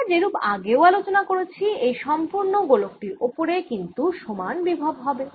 আমরা যেরুপ আগেও আলোচনা করেছি এই সম্পুর্ণ গোলক টির ওপরে কিন্তু সমান বিভব হবে